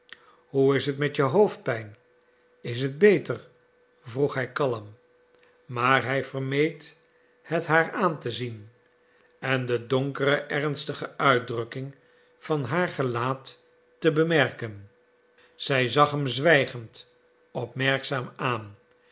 hoe is het met je hoofdpijn is het beter vroeg hij kalm maar hij vermeed het haar aan te zien en de donkere ernstige uitdrukking van haar gelaat te bemerken zij zag hem zwijgend opmerkzaam aan